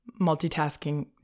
multitasking